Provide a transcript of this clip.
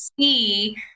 see